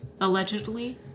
Allegedly